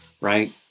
right